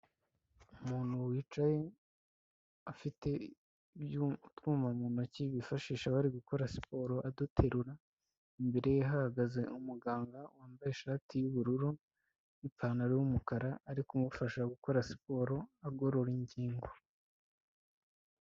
Umuntu wicaye afite utwuma mu ntoki bifashisha bari gukora siporo aduterura imbere ye hahagaze umuganga wambaye ishati y'ubururu n'ipantaro y'umukara ari kumufasha gukora siporo agorora ingingo.